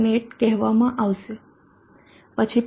net કહેવામાં આવશે પછી pv